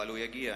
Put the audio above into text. אבל הוא יגיע.